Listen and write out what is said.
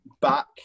back